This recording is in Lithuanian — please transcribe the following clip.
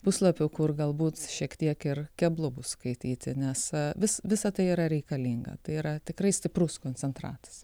puslapių kur galbūt šiek tiek ir keblumų skaityti nes vis visa tai yra reikalinga tai yra tikrai stiprus koncentratas